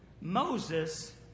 Moses